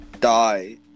Die